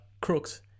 crooks